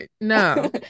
no